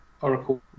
Oracle